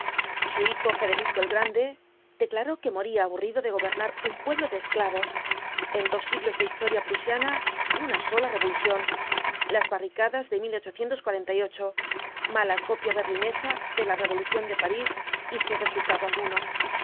su hijo federico el grande declaró que moría aburrido de gobernar un pueblo de esclavos en dos siglos de historia prusiana una sola revolución las barricadas de mala copia berlinesa de la revolución de parís y sin resultado alguno